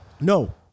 no